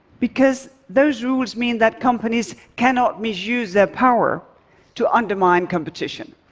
because those rules mean that companies cannot misuse their power to undermine competition.